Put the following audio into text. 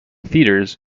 theatres